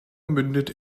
mündet